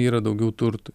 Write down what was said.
yra daugiau turtui